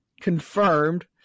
confirmed